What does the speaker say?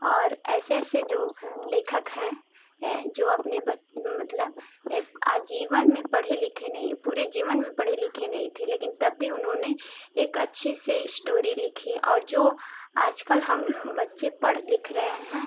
और ऐसे ऐसे जो लेखक हैं हैं जो अपने मतलब आजीवन में पढ़े लिखे नहीं है पूरे जीवन में पढ़े लिखे नही थे लेकिन तब भी उन्होने एक अच्छी से इश्टोरी लिखी और जो आजकल हम बच्चे पढ़ लिख रहे हैं